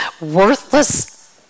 worthless